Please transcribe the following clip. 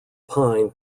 pine